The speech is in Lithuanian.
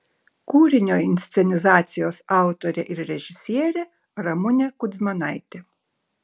kūrinio inscenizacijos autorė ir režisierė ramunė kudzmanaitė